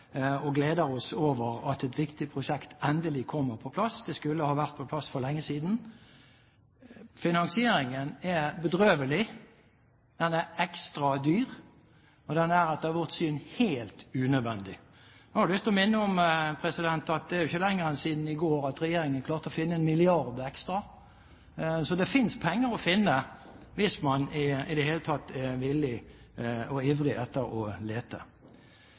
endelig kommer på plass. Det skulle ha vært på plass for lenge siden. Finansieringen er bedrøvelig, den er ekstra dyr, og den er etter vårt syn helt unødvendig. Jeg har lyst til å minne om at det ikke er lenger siden enn i går at regjeringen klarte å finne en milliard ekstra, så det er penger å finne hvis man i det hele tatt er villig til og ivrig etter å lete.